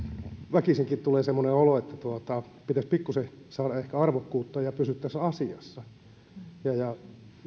väkisinkin tulee semmoinen olo että pitäisi pikkusen saada ehkä arvokkuutta ja pysyttäisiin asiassa